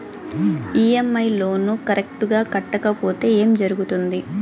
EMI loan correct గా కట్టకపోతే ఏం జరుగుతుంది